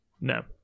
No